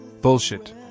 Bullshit